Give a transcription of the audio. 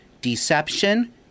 deception